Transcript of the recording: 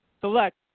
select